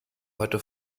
heute